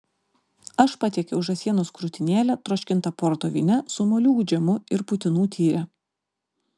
aš patiekiau žąsienos krūtinėlę troškintą porto vyne su moliūgų džemu ir putinų tyre